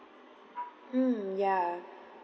mm ya